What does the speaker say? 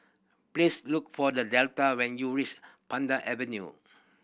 please look for The Delta when you reach Pandan Avenue